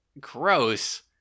gross